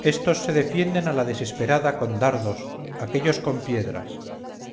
estos se defienden a la desesperada con dardos aquellos con piedras